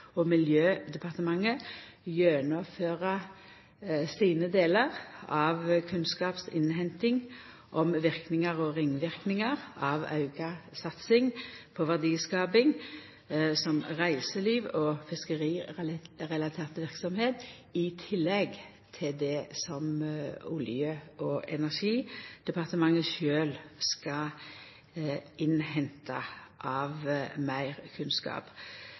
og Miljøverndepartementet gjennomføra sine delar av kunnskapsinnhentinga om verknader og ringverknader av auka satsing på verdiskaping, som t.d. reiseliv og fiskerirelatert verksemd, i tillegg til det som Olje- og energidepartementet sjølv skal innhenta av meir kunnskap.